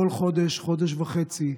כל חודש-חודש וחצי,